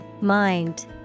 Mind